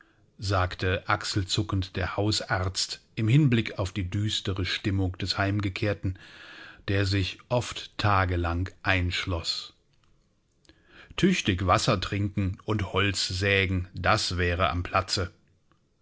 sagte achselzuckend der hausarzt im hinblick auf die düstere stimmung des heimgekehrten der sich oft tagelang einschloß tüchtig wassertrinken und holzsägen das wäre am platze